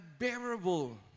unbearable